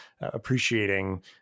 appreciating